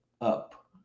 up